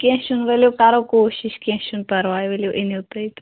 کیٚنٛہہ چھُنہٕ ؤلِو کرو کوشش کیٚنٛہہ چھُنہٕ پرواے ؤلِو أنِو تُہۍ تہٕ